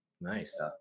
Nice